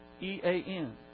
E-A-N